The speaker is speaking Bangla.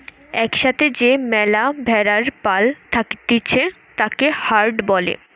এক সাথে যে ম্যালা ভেড়ার পাল থাকতিছে তাকে হার্ড বলে